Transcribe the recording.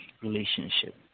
relationship